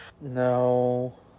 No